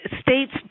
states